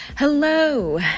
hello